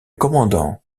commandant